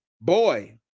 boy